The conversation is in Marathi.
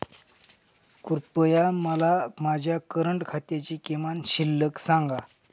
कृपया मला माझ्या करंट खात्याची किमान शिल्लक सांगा